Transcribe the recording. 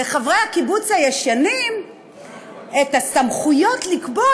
לחברי הקיבוץ הישנים את הסמכויות לקבוע